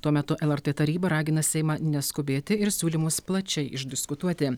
tuo metu lrt taryba ragina seimą neskubėti ir siūlymus plačiai išdiskutuoti